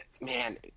man